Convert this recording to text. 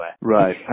Right